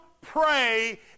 pray